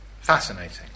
fascinating